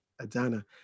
Adana